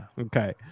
Okay